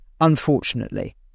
unfortunately